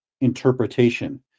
interpretation